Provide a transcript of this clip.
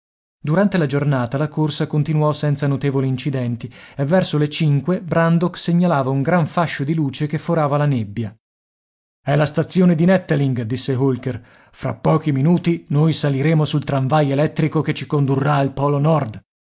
durante la giornata la corsa continuò senza notevoli incidenti e verso le cinque brandok segnalava un gran fascio di luce che forava la nebbia è la stazione di nettelling disse holker fra pochi minuti noi saliremo sul tramvai elettrico che ci condurrà al polo nord